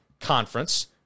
Conference